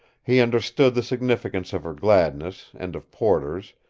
he understood the significance of her gladness, and of porter's,